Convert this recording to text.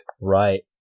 Right